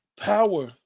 Power